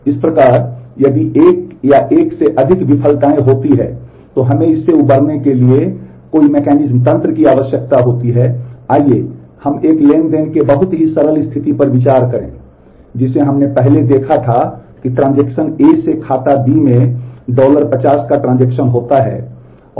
इस प्रकार यदि एक या एक से अधिक विफलताएँ होती हैं तो हमें इससे उबरने के लिए तंत्र की आवश्यकता होती है आइए हम एक ट्रांज़ैक्शन की एक बहुत ही सरल स्थिति पर विचार करें जिसे हमने पहले देखा था कि ट्रांजेक्शन होता है